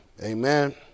Amen